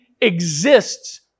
exists